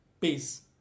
peace